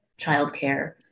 childcare